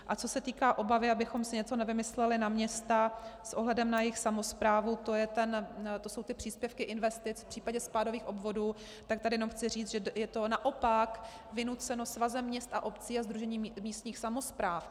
A co se týká obavy, abychom si něco nevymysleli na města s ohledem na jejich samosprávu, to jsou ty příspěvky investic v případě spádových obvodů, tak tady chci jenom říct, že je to naopak vynuceno Svazem měst a obcí a sdružením místních samospráv.